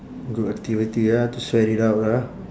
good activity ah to sweat it out ah